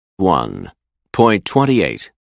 1.28